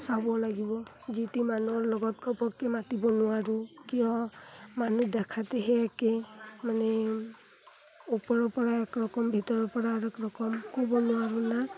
চাব লাগিব যি টি মানুহৰ লগত ঘপকৈ মাতিব নোৱাৰোঁ কিয় মানুহ দেখাতে সেই একে মানে ওপৰৰপৰা এক ৰকম ভিতৰৰপৰা আৰ এক ৰকম ক'ব নোৱাৰোঁ না